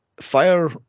fire